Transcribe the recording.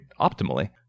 optimally